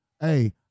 Hey